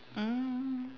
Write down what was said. mm